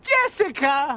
Jessica